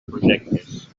projectes